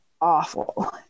awful